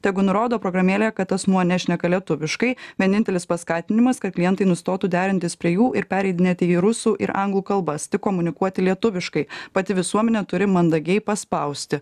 tegu nurodo programėlę kad asmuo nešneka lietuviškai vienintelis paskatinimas kad klientai nustotų derintis prie jų ir pereidinėti į rusų ir anglų kalbas tik komunikuoti lietuviškai pati visuomenė turi mandagiai paspausti